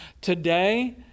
today